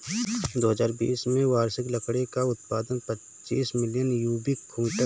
दो हजार बीस में वार्षिक लकड़ी का उत्पादन पचासी मिलियन क्यूबिक मीटर था